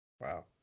Wow